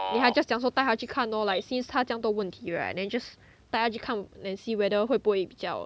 yeah 她 just 讲说带她去看 lor like since 她这样多问题 right then just 带她去看 then see whether 会不会比较